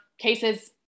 Cases